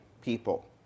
people